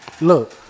look